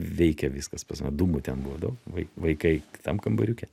veikė viskas pas mane dūmų ten buvo daug vai vaikai kitam kambariuke